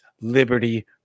Liberty